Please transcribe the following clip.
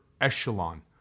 echelon